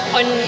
on